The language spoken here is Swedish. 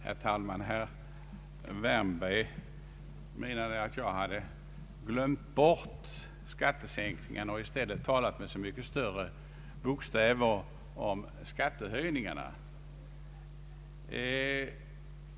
Herr talman! Herr Wärnberg menade att jag hade glömt bort skattesänkningarna och i stället talat med så mycket större bokstäver om skattehöjningarna.